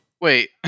Wait